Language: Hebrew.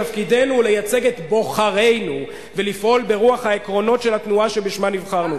תפקידנו לייצג את בוחרינו ולפעול ברוח העקרונות של התנועה שבשמה נבחרנו,